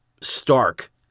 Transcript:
stark